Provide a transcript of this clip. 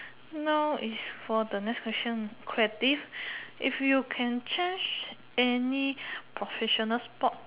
now is for the next question creative if you can change any professional sport